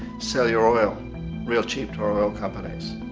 sell your oil real cheap to our oil companies,